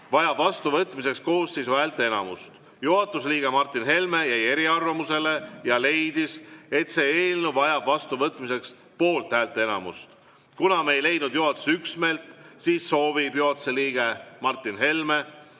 vajab vastuvõtmiseks koosseisu häälteenamust. Juhatuse liige Martin Helme jäi eriarvamusele ja leidis, et see eelnõu vajab vastuvõtmiseks poolthäälte enamust. Kuna me ei leidnud juhatuses üksmeelt, soovib juhatuse liige Martin Helme